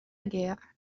guerre